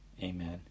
Amen